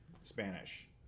Spanish